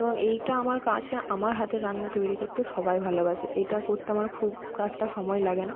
এবং এইটা আমার কাছে আমার হাতের রান্না তৈরি করতে সবাই ভালোবাসে এইটা করতে আমার খুব একটা সময় লাগে না